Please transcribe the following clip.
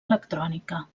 electrònica